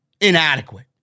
inadequate